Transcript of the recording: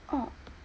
oh